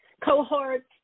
cohorts